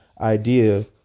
idea